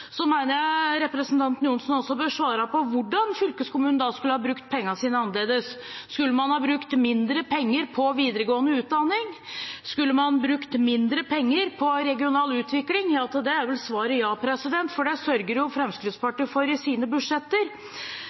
jeg representanten Johnsen også bør svare på hvordan fylkeskommunen skulle brukt pengene sine annerledes. Skulle man brukt mindre penger på videregående utdanning? Skulle man brukt mindre penger på regional utvikling? Til det er vel svaret ja, for det sørger jo Fremskrittspartiet for i sine budsjetter.